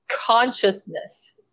consciousness